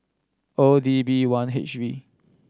O D B one H V